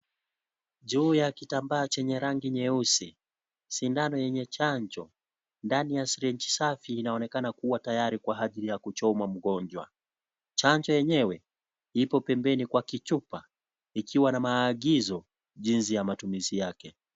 Juu ya kitambaa chenye rangi nyeusi, sindano yenye chanjo, ndani ya sirinji safi, inaonekana kuwa taytari kwa ajili ya kuchomwa mgonjwa. Chanjo yenyewe iko pembeni kwa kichupa. Ikiwa na maagizo jinsi ya matumizi yake.